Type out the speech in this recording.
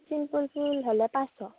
চিম্পুল হ'লে পাঁচশ